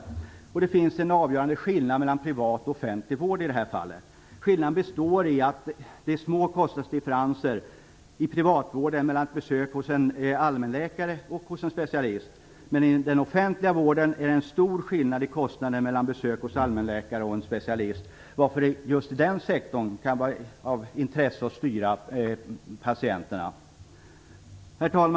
Det finns i det här fallet en avgörande skillnad mellan privat och offentlig vård. Skillnaden består i att det är små kostnadsdifferenser i privatvården mellan ett besök hos en allmänläkare och hos en specialist. Men i den offentliga vården är det stor skillnad mellan besök hos en allmänläkare och besök hos en specialist. Därför kan det i den offentliga sektorn vara av intresse att styra patienterna. Herr talman!